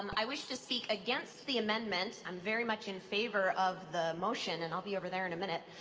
i wish to speak against the amendment. i'm very much in favor of the motion and i'll be over there in a minute.